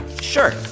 Sure